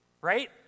right